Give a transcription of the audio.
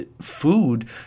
food